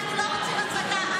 אנחנו לא רוצים הצגה,